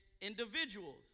individuals